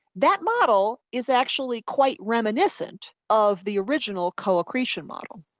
that model is actually quite reminiscent of the original co-accretion model.